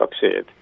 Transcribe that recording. succeed